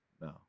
no